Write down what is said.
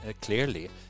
clearly